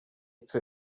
put